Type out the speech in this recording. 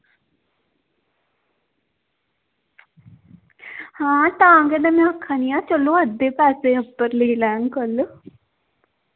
आं तां गै में आक्खा नी आं की अद्धे पैसे लेई लैङ कल्ल